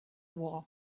war